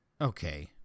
Okay